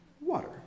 Water